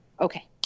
Okay